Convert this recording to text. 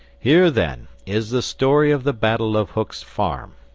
here, then, is the story of the battle of hook's farm.